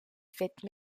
fêtes